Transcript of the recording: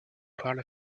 parle